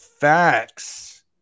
facts